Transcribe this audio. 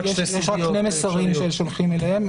--- יש רק שני מסרים ששולחים אליהם,